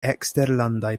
eksterlandaj